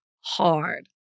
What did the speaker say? hard